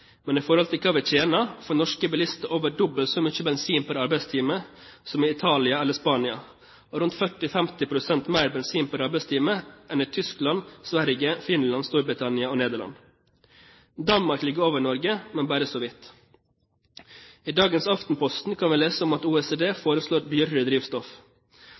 Men i forhold til hva vi tjener, får norske bilister over dobbelt så mye bensin per arbeidstime som i Italia eller Spania, og rundt 40–50 pst. mer bensin per arbeidstime enn i Tyskland, Sverige, Finland, Storbritannia og Nederland. Danmark ligger over Norge, men bare så vidt. I dagens Aftenposten kan vi lese om at OECD foreslår dyrere drivstoff.